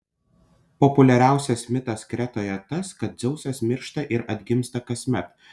populiariausias mitas kretoje tas kad dzeusas miršta ir atgimsta kasmet